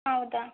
ಹೌದಾ